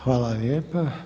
Hvala lijepa.